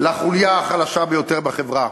לחוליה החלשה ביותר בחברה.